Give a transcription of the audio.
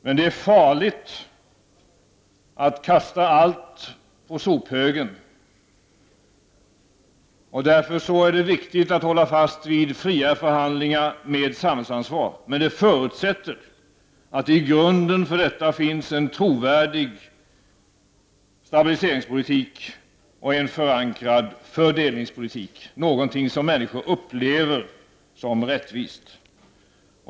Men det är farligt att kasta allt på sophögen. Det är därför viktigt att man håller fast vid fria förhandlingar med samhällsansvar. Men detta förutsätter att det i grunden finns en trovärdig stabiliseringspolitik och en förankrad fördelningspolitik, något som människor upplever som rättvist.